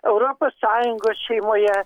europos sąjungos šeimoje